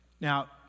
Now